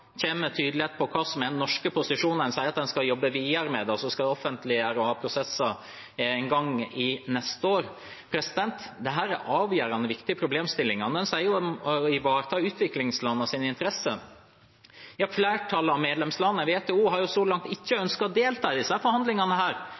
hva som er norske posisjoner. En sier at en skal jobbe videre med det, og så skal en offentliggjøre og ha prosesser en gang neste år. Dette er avgjørende viktige problemstillinger. En sier at en skal ivareta utviklingslandenes interesser. Flertallet av medlemslandene i WTO har så langt ikke